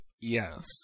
Yes